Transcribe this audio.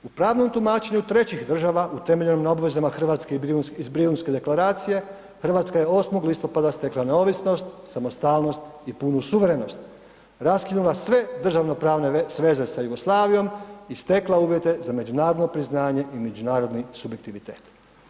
U pravnom tumačenju trećih država utemeljen na obvezama Hrvatske iz Brijunske deklaracije Hrvatska je 8. listopada stekla neovisnost, samostalnost i punu suverenost, raskinula sve državnopravne sveze sa Jugoslavijom i stekla uvjete za međunarodno priznanje i međunarodni subjektivitet.